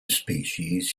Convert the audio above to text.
species